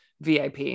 VIP